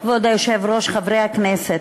כבוד היושב-ראש, חברי הכנסת,